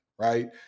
right